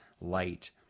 light